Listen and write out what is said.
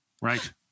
Right